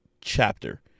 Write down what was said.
chapter